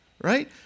right